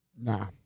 Nah